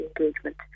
engagement